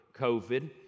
COVID